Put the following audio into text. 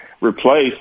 replace